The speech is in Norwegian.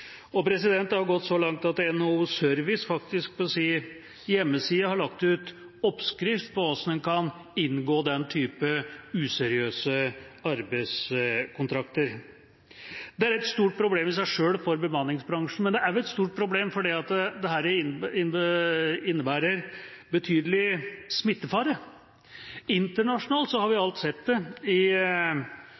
Det har gått så langt at NHO Service faktisk på sin hjemmeside har lagt ut oppskrift på hvordan en kan inngå den typen useriøse arbeidskontrakter. Det er et stort problem i seg selv for bemanningsbransjen, men det er også et stort problem fordi dette innebærer betydelig smittefare. Internasjonalt har vi alt sett det i